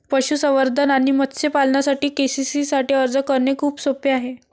पशुसंवर्धन आणि मत्स्य पालनासाठी के.सी.सी साठी अर्ज करणे खूप सोपे आहे